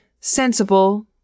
Sensible